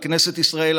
על כנסת ישראל,